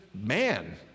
man